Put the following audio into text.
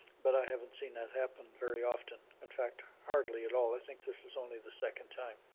but i haven't seen that happen very often. in fact, hardly at all. i think this is only the second time.